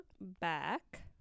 back